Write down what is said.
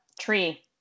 Tree